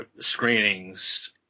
screenings